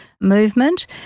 movement